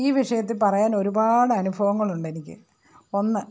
ഈ വിഷയത്തിൽ പറയാൻ ഒരുപാട് അനുഭവങ്ങൾ ഉണ്ട് എനിക്ക് ഒന്ന്